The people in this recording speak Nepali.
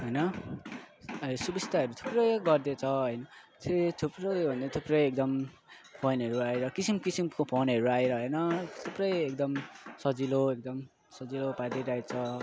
होइन यो सुविस्ताहरू थुप्रै गर्दैछ है थुप्रो योभन्दा थुप्रै एकदम फोनहरू आएर किसिम किसिमको फोनहरू आएर होइन थुप्रै एकदम सजिलो एकदम सजिलो पारिदिई रहेको छ